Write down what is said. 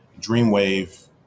Dreamwave